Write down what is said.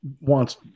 wants